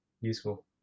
useful